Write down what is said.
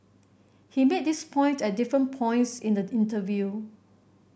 he made this point at different points in the interview